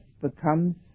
becomes